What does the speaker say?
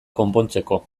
konpontzeko